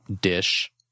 dish